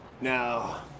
now